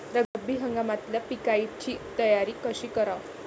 रब्बी हंगामातल्या पिकाइची तयारी कशी कराव?